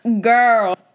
girl